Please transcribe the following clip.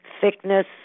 thickness